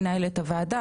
מנהלת הוועדה.